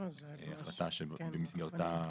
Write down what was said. אתה יכול לעדכן על זה?